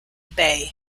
bay